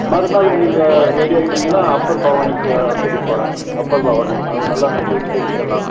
மறுநாள் நீங்கள் ரெடி ஆகிட்டிங்கன்னா அப்பர் பவானிக்கு கூட்டிகிட்டுப் போகிறேன் அப்பர் பவானி அங்கே நல்லா இருக்கும் சைட் ஸீயிங்கெல்லாம்